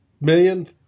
million